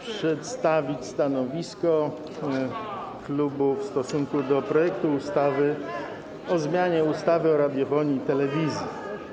przedstawić stanowisko w stosunku do projektu ustawy o zmianie ustawy o radiofonii i telewizji.